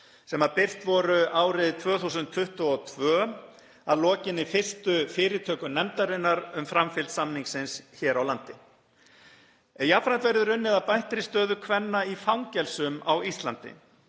sem birt voru árið 2022 að lokinni fyrstu fyrirtöku nefndarinnar um framfylgd samningsins hér á landi. Jafnframt verður unnið að bættri stöðu kvenna í fangelsum á Íslandi.